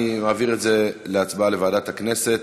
אני מעביר את זה להצבעה, לוועדת הכנסת.